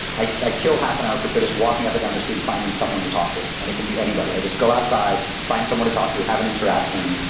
i i kill half an hour for so just walking up or down the street. finding someone to talk to. and it can be anybody. i just go outside. find someone to talk to. you have an interaction.